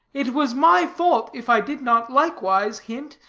it was my fault, if i did not, likewise, hint,